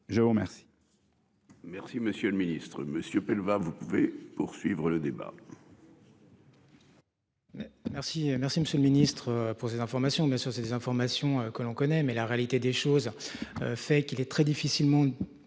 je vous remercie